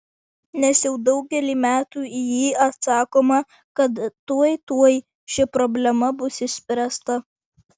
nes jau daugelį metų į jį atsakoma kad tuoj tuoj ši problema bus išspręsta